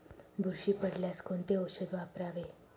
बुरशी पडल्यास कोणते औषध वापरावे?